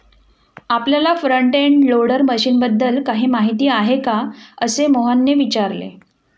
आपल्याला front end loader मशीनबद्दल काही माहिती आहे का, असे मोहनने विचारले?